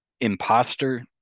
imposter